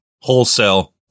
Wholesale